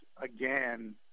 again